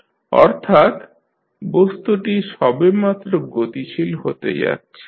0 অর্থাৎ বস্তুটি সবেমাত্র গতিশীল হতে যাচ্ছে